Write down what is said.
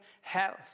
health